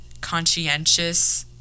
Conscientious